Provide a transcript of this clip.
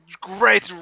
great